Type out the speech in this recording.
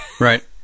Right